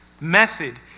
method